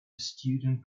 student